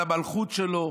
על המלכות שלו,